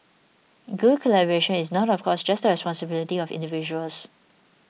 good collaboration is not of course just responsibility of individuals